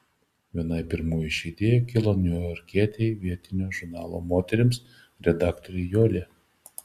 vienai pirmųjų ši idėja kilo niujorkietei vietinio žurnalo moterims redaktorei jolie